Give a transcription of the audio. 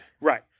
Right